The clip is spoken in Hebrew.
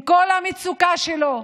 עם כל המצוקה שלו,